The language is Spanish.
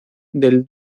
del